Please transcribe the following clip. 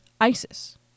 ISIS